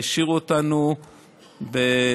והעשירו אותנו באינפורמציות,